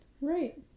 Right